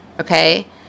okay